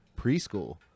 preschool